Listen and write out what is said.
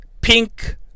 pink